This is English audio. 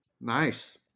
nice